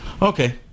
Okay